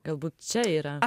galbūt čia yra